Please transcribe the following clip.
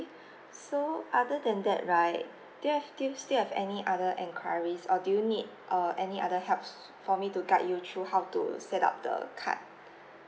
so other than that right do you have do you still have any other enquiries or do you need err any other help for me to guide you through how to set up the card